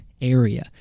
area